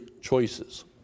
choices